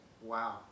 wow